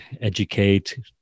educate